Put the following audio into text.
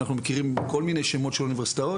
אנחנו מכירים כל מיני שמות של אוניברסיטאות,